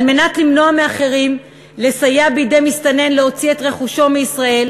על מנת למנוע מאחרים לסייע בידי מסתנן להוציא את רכושו מישראל,